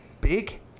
big